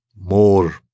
more